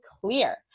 clear